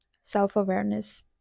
self-awareness